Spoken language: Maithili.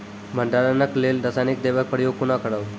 भंडारणक लेल रासायनिक दवेक प्रयोग कुना करव?